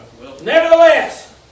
Nevertheless